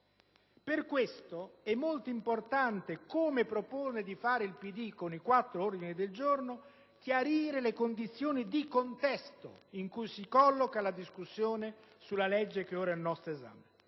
Per questo motivo è molto importante, come propone di fare il PD con i quattro ordini del giorno che abbiamo presentato, chiarire le condizioni di contesto in cui si colloca la discussione sulla legge che ora è al nostro esame.